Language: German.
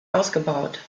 ausgebaut